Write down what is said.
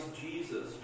Jesus